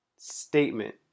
statement